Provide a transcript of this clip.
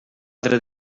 altra